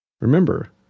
Remember